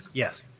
yes,